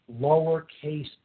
lowercase